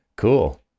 Cool